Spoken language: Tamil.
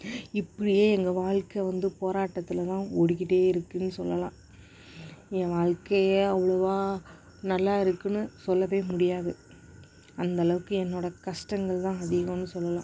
இப்படியே எங்கள் வாழ்க்கை வந்து போராட்டத்தில் தான் ஓடிக்கிட்டு இருக்குதுன்னு சொல்லலாம் என் வாழ்க்கை அவ்வளோவா நல்லா இருக்குதுன்னு சொல்ல முடியாது அந்தளவுக்கு என்னோடய கஷ்டங்கள் தான் அதிகம்னு சொல்லலாம்